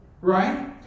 Right